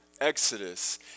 Exodus